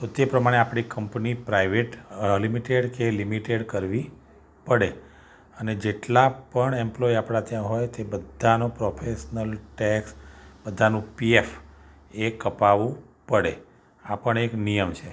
તો તે પ્રમાણે આપણી કંપની પ્રાઈવેટ લિમિટેડ કે લિમિટેડ કરવી પડે અને જેટલાં પણ એમ્પ્લૉઇ આપણે ત્યાં હોય તે બધાનો પ્રોફેશનલ ટેક્સ બધાનું પી એફ એ કપાવવું પડે આ પણ એક નિયમ છે